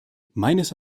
meines